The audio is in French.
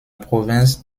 province